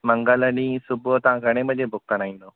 मंगल ॾींहुं सुबुह तव्हां घणे वजे बुक कराईंदौ